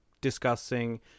discussing